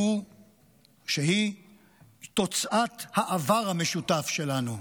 שהיא תוצאת העבר המשותף שלנו.